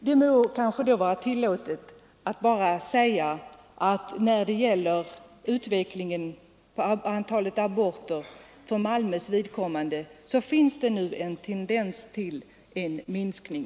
Det må kanske då vara tillåtet att bara säga, att när det gäller utvecklingen med avseende på antalet aborter för Malmös vidkommande så finns det nu en tendens till minskning.